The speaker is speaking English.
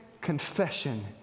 Confession